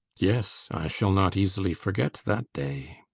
yes, i shall not easily forget that day.